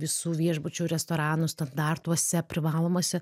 visų viešbučių restoranų standartuose privalomuose